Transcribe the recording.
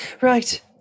Right